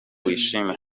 wishime